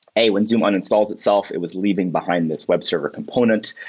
a, when zoom uninstalls itself, it was leaving behind this webserver component.